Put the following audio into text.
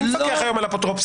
מי מפקח היום על האפוטרופוסים?